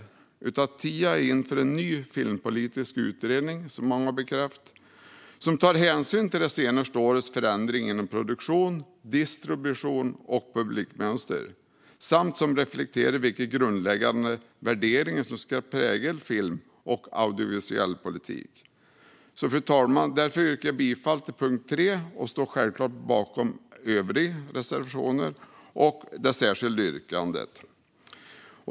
Som många har bekräftat är tiden inne för en ny filmpolitisk utredning som tar hänsyn till de senaste årens förändringar inom produktion, distribution och publikmönster och som reflekterar vilka grundläggande värderingar som ska prägla filmpolitik och audiovisuell politik. Därför yrkar jag bifall till reservation 3, fru talman. Självklart står jag även bakom våra särskilda yttranden.